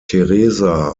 theresa